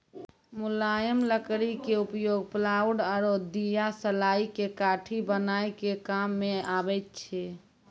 मुलायम लकड़ी के उपयोग प्लायउड आरो दियासलाई के काठी बनाय के काम मॅ आबै छै